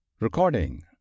Recording